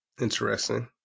Interesting